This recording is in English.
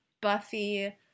buffy